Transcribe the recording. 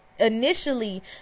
initially